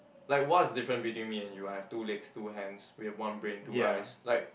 like what's different between me and you I have two legs two hands we have one brain two eyes like